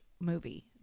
movie